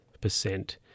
percent